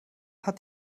hat